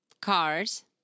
Cars